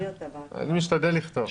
אני משתדל לכתוב.